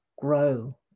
grow